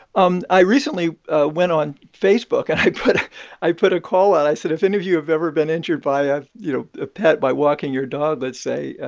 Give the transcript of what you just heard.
um i recently ah went on facebook, and i put ah i put a call out i said if any of you have ever been injured by, you know, a pet by walking your dog, let's say,